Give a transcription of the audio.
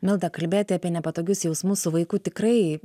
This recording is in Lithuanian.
milda kalbėti apie nepatogius jausmus su vaiku tikrai